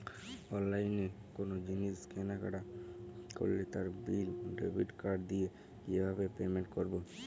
অনলাইনে কোনো জিনিস কেনাকাটা করলে তার বিল ডেবিট কার্ড দিয়ে কিভাবে পেমেন্ট করবো?